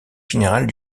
général